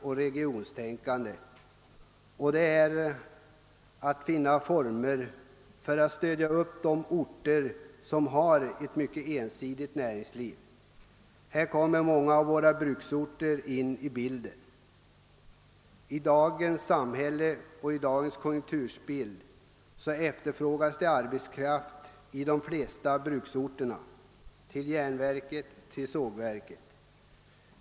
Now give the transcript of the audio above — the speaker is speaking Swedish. Vi måste också finna former för att stödja de orter som: har ett ensidigt näringsliv. Här kommer många av våra bruksorter in i bilden. I dag efterfrågas arbetskraft på de flesta bruksorterna till järnverk och sågverk.